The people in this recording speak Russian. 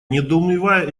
недоумевая